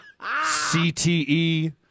CTE